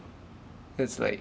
cause like